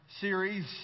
series